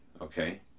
Okay